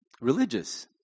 Religious